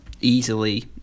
easily